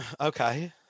Okay